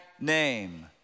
name